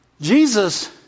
Jesus